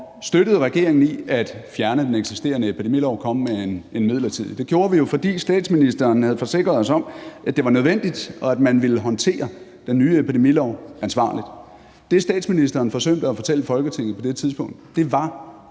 støttede regeringen i at fjerne den eksisterende epidemilov og komme med en midlertidig. Det gjorde vi jo, fordi statsministeren havde forsikret os om, at det var nødvendigt, og at man ville håndtere den nye epidemilov ansvarligt. Det, statsministeren forsømte at fortælle Folketinget på det tidspunkt, var,